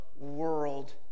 world